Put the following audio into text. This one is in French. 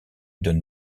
donne